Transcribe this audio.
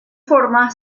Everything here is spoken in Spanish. forma